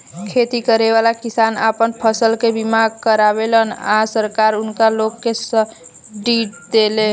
खेती करेवाला किसान आपन फसल के बीमा करावेलन आ सरकार उनका लोग के सब्सिडी देले